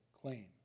claim